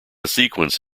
sequence